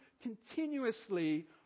continuously